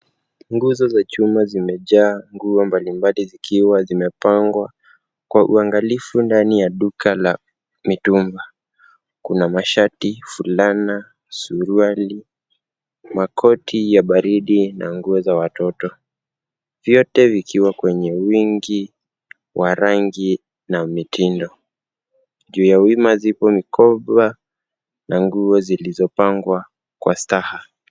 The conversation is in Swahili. Nguzo za chuma zimejaa nguo mbalimbali zikiwa zimepangwa kwa uangalifu ndani ya duka la mitumba. Kuna mashati, fulana, suruali, makoti ya baridi na nguo za watoto vyote vikiwa kwenye wingi wa rangi na mitindo. Juu ya wima ziko mikoba na nguo zilizopangwa kwa staha.